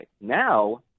Now